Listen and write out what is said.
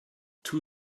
two